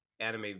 anime